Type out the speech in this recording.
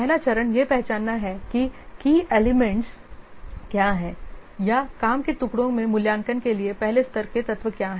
पहला चरण यह पहचानना है कि की एलिमेंट्स क्या हैं या काम के टुकड़े में मूल्यांकन के लिए पहले स्तर के तत्व क्या हैं